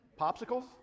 popsicles